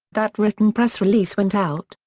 that written press release went out,